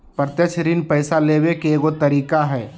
प्रत्यक्ष ऋण पैसा लेबे के एगो तरीका हइ